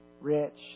rich